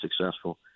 successful